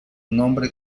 nombre